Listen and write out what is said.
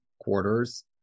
quarters